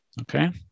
okay